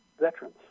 veterans